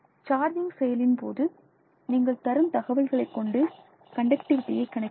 charging செயலின் போது நீங்கள் நீங்கள் தரும் தகவல்களை கொண்டு கண்டக்டிவிடியை கணக்கிடலாம்